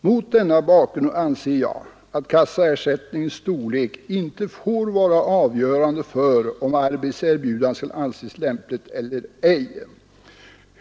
Mot denna bakgrund anser jag att kassaersättningen storlek inte får vara avgörande för om arbetserbjudande skall anses lämpligt eller ej.